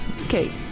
Okay